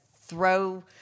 throw